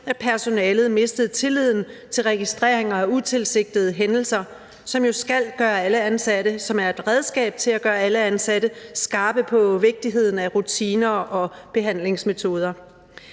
at personalet mistede tilliden til registreringer af utilsigtede hændelser, som er et redskab til at gøre alle ansatte skarpe på vigtigheden af rutiner og behandlingsmetoder.